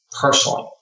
personally